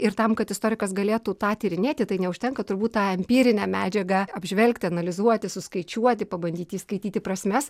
ir tam kad istorikas galėtų tą tyrinėti tai neužtenka turbūt tą empirinę medžiagą apžvelgti analizuoti suskaičiuoti pabandyti įskaityti prasmes